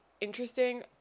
interesting